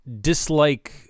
dislike